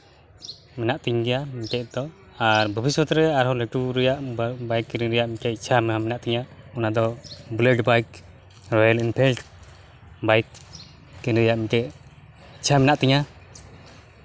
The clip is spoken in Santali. ᱢᱮᱱᱟᱜ ᱛᱤᱧ ᱜᱮᱭᱟ ᱢᱤᱫᱴᱮᱱ ᱫᱚ ᱟᱨ ᱵᱷᱚᱵᱤᱥᱚᱛ ᱨᱮ ᱟᱨᱦᱚᱸ ᱞᱟᱹᱴᱩ ᱨᱮᱭᱟᱜ ᱵᱟᱭᱤᱠ ᱠᱤᱨᱤᱧ ᱨᱮᱭᱟᱜ ᱢᱤᱫᱴᱮᱱ ᱤᱪᱪᱷᱟ ᱢᱮᱱᱟᱜ ᱛᱤᱧᱟᱹ ᱚᱱᱟ ᱫᱚ bullet bike Royal Enfield bike ᱠᱤᱨᱤᱧ ᱨᱮᱭᱟᱜ ᱢᱤᱫᱴᱮᱱ ᱤᱪᱪᱷᱟ ᱢᱮᱱᱟᱜ ᱛᱤᱧᱟᱹ